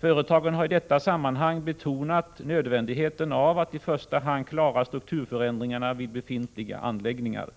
Företagen har i detta sammanhang betonat nödvändigheten av att i första hand klara strukturförändringarna vid befintliga anläggningar.